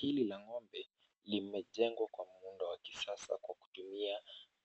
Hili la ngo'mbe limejengwa kwa muundo wa kisasa kwa kutumia